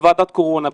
בוועדת הקורונה,